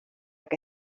que